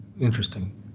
interesting